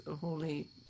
holy